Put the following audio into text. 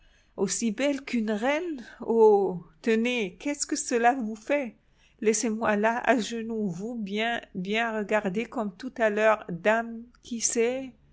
aussi belle qu'une reine oh tenez qu'est-ce que cela vous fait laissez-moi là à genoux vous bien bien regarder comme tout à l'heure dame qui sait